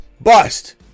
bust